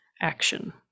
action